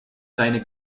seine